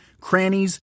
crannies